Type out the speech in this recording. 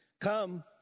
Come